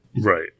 right